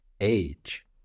age